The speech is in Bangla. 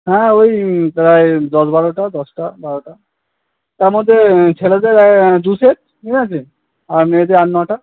হ্যাঁ ওই প্রায় দশ বারোটা দশটা বারোটা তার মধ্যে ছেলেদের দু সেট ঠিক আছে আর মেয়েদের আট নটা